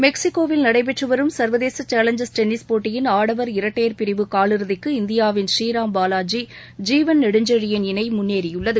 மெக்ஸிகோவில் நடைபெற்று வரும் சர்வதேச சேலஞ்சர்ஸ் டென்னிஸ் போட்டியின் ஆடவர் இரட்டையர் பிரிவு காலிறுதிக்கு இந்தியாவின் ஸ்ரீராம் பாவாஜி ஜீவன் நெடுஞ்செழியன் இணை முன்னேறியுள்ளது